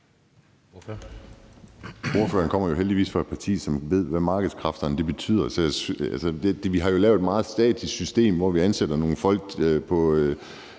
Ordføreren kommer jo heldigvis fra et parti, som ved, hvad markedskræfterne betyder. Vi har jo lavet et meget statisk system, hvor vi ansætter nogle folk på